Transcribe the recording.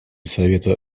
совета